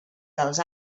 dels